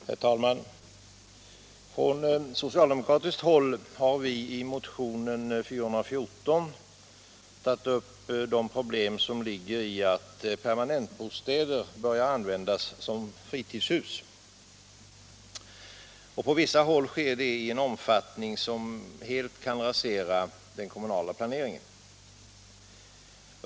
Herr talman! Från socialdemokratiskt håll har vi i motionen 414 tagit upp de problem som ligger i att permanentbostäder börjar användas som fritidshus, och på vissa håll sker det i en omfattning som helt kan rasera den kommunala planeringen.